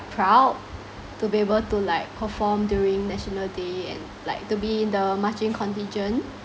proud to be able to like perform during national day and like to be in the marching contingent